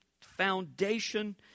foundation